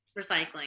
recycling